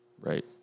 Right